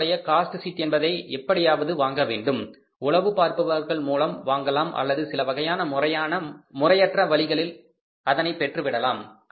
அவர்களுடைய cost sheet என்பதை எப்படியாவது வாங்க வேண்டும் உளவு பார்ப்பதன் மூலம் வாங்கலாம் அல்லது சிலவகையான முறையான முறையற்ற வழிகளில் அதனை பெற்றுவிடலாம்